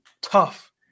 tough